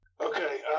Okay